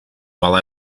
while